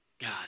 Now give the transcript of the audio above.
God